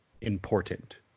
important